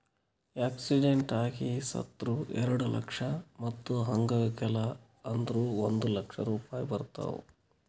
accident ಆಗಿ ಸತ್ತುರ್ ಎರೆಡ ಲಕ್ಷ, ಮತ್ತ ಅಂಗವಿಕಲ ಆದುರ್ ಒಂದ್ ಲಕ್ಷ ರೂಪಾಯಿ ಬರ್ತಾವ್